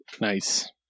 Nice